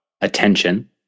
attention